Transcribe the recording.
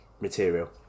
material